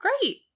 great